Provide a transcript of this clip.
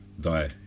die